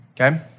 Okay